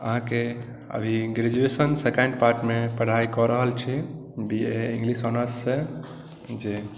अहाँकेँ अभी graduation second पार्टमे पढ़ाइ कऽ रहल छी बी ए इङ्ग्लिश ऑनर्स से जे